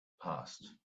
passed